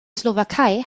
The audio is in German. slowakei